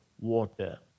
water